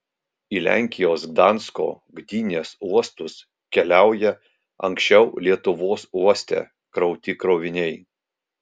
į lenkijos gdansko gdynės uostus keliauja anksčiau lietuvos uoste krauti kroviniai